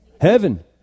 Heaven